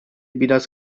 biraz